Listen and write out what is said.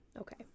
okay